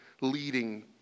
leading